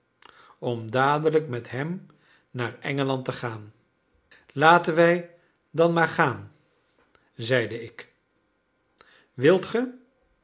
om dadelijk met hem naar engeland te gaan laten wij dan maar gaan zeide ik wilt ge